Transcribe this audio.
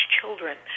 children